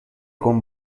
con